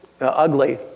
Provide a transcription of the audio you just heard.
ugly